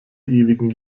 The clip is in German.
ewigen